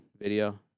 video